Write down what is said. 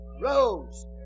rose